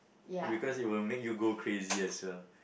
because it will make you go crazier sir